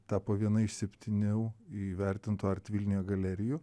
tapo viena iš septynių įvertintų art vilniuje galerijų